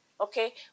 Okay